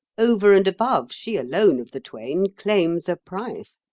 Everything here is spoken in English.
over and above, she alone of the twain claims a price.